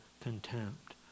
contempt